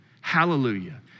Hallelujah